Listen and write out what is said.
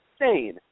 insane